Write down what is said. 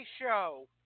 show